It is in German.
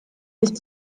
nicht